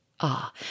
Ah